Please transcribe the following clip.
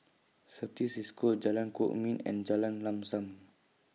Certis CISCO Jalan Kwok Min and Jalan Lam SAM